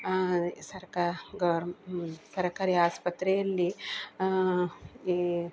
ಸರ್ಕಾ ಗೋರ್ ಸರಕಾರಿ ಆಸ್ಪತ್ರೆಯಲ್ಲಿ ಈ